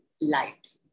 light